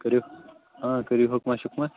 کٔرو کٔرو حُکمہ شُکمہ